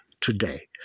today